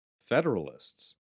federalists